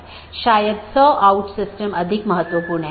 तो यह एक पूर्ण meshed BGP सत्र है